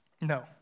No